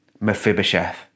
Mephibosheth